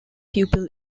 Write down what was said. pupil